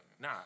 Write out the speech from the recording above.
Nah